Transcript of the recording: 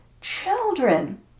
children